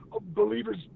believers